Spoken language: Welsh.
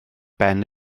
ben